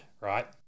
right